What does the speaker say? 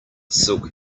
silk